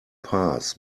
pass